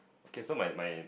K so my my